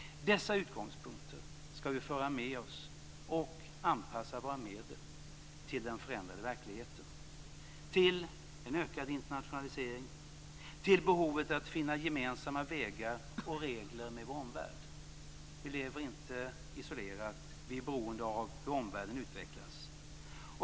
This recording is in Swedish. Dessa utgångspunkter ska vi föra med oss, och vi ska anpassa våra medel att förverkliga dem till den förändrade verkligheten - till en ökad internationalisering, till behovet att finna gemensamma vägar och regler med vår omvärld. Vi lever inte isolerat, utan vi är beroende av hur omvärlden utvecklas.